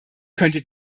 könnte